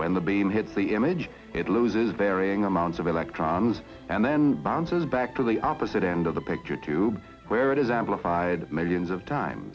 when the beam hits the image it loses varying amounts of electrons and then bounces back to the opposite end of the picture tube where it is amplified millions of time